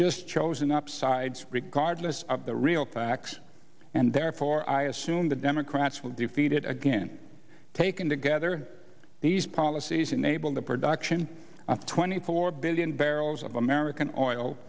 just chosen up sides regardless of the real facts and therefore i assume the democrats will defeat it again taken together these policies enable the production of twenty four billion barrels of american oil